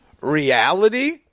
reality